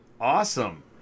Awesome